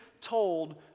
told